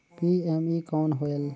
PME कौन होयल?